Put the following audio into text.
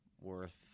worth